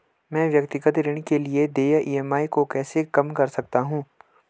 मैं व्यक्तिगत ऋण के लिए देय ई.एम.आई को कैसे कम कर सकता हूँ?